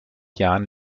jahren